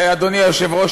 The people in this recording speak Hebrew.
אדוני היושב-ראש,